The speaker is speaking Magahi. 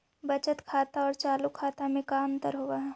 बचत खाता और चालु खाता में का अंतर होव हइ?